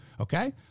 okay